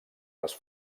les